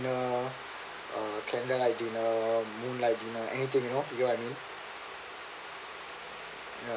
dinner uh candle light dinner moonlight dinner anything you know what I mean